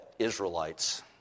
Israelites